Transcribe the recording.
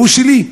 הוא שלי,